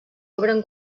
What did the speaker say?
obren